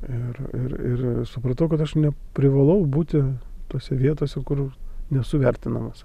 ir ir ir supratau kad aš neprivalau būti tose vietose kur nesu vertinamas